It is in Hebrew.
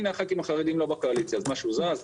הנה, חברי הכנסת החרדים לא בקואליציה, אז משהו זז?